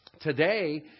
today